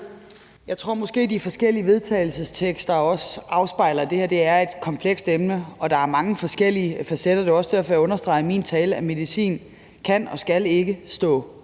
Jeg tror måske, at de forskellige vedtagelsestekster også afspejler, at det her er et komplekst emne, og at der er mange forskellige facetter i det. Det var også derfor, jeg understregede i min tale, at medicin ikke kan og ikke skal stå